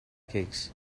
aches